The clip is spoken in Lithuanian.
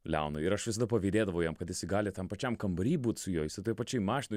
leonui ir aš visada pavydėdavau jam kad jisai gali tam pačiam kambary būt su juo jisai toj pačioj mašinoj